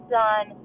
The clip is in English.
done